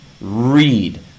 Read